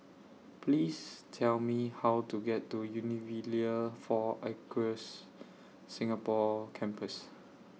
Please Tell Me How to get to four Acres Singapore Campus